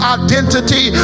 identity